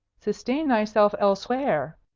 sustain thyself elsewhere,